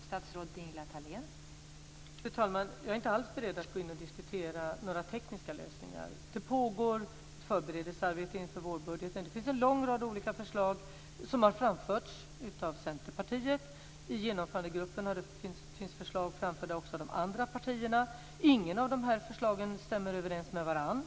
Fru talman! Jag är inte alls beredd att gå in på diskussioner om tekniska lösningar. Ett förberedelsearbete pågår inför vårbudgeten, och en lång rad olika förslag har framförts av Centerpartiet i Genomförandegruppen. Det finns också förslag från de andra partierna. Inga av de här förslagen stämmer överens med varandra.